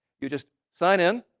you just sign in.